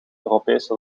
europese